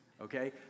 okay